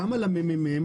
כמה לממ"מ?